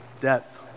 Death